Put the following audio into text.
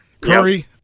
Curry